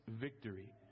victory